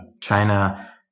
China